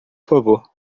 favor